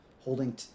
holding